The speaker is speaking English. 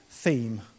theme